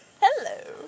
hello